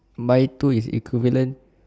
buy two is equivalent